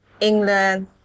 England